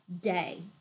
day